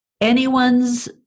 anyone's